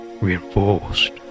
reinforced